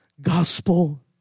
gospel